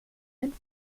ein